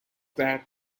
that